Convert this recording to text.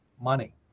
money